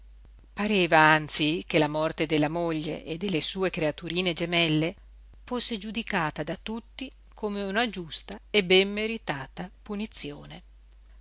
pareva anzi che la morte della moglie e delle sue creaturine gemelle fosse giudicata da tutti come una giusta e ben meritata punizione